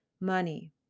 money